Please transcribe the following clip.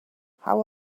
how